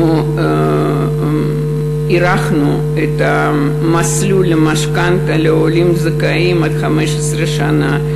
אנחנו הארכנו את המסלול למשכנתה לעולים זכאים עד 15 שנה.